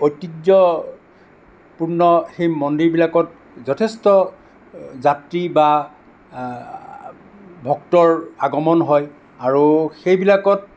ঐতিহ্যপূৰ্ণ সেই মন্দিৰবিলাকত যথেষ্ট যাত্ৰী বা ভক্তৰ আগমন হয় আৰু সেইবিলাকত